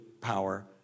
power